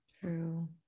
True